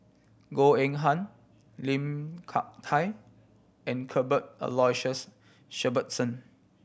Goh Eng Han Lim Hak Tai and Cuthbert Aloysius Shepherdson